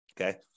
Okay